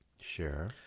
Sure